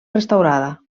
restaurada